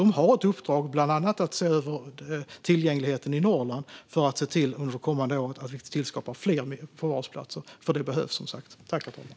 De har ett uppdrag att bland annat se över tillgängligheten i Norrland för att tillskapa fler förvarsplatser under det kommande året, för det behövs.